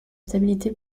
stabilité